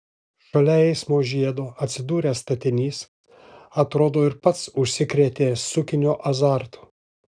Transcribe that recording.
šalia eismo žiedo atsidūręs statinys atrodo ir pats užsikrėtė sukinio azartu